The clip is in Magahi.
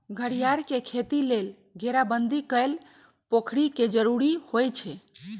घरियार के खेती लेल घेराबंदी कएल पोखरि के जरूरी होइ छै